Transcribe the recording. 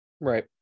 Right